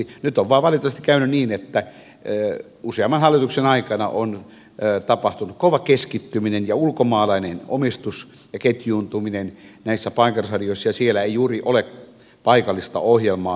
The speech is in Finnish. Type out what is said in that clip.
nyt on vain valitettavasti käynyt niin että useamman hallituksen aikana on tapahtunut kova keskittyminen ja ulkomaalainen omistus ja ketjuuntuminen näissä paikallisradioissa ja siellä ei juuri ole paikallista ohjelmaa